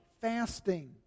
fasting